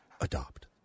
Adopt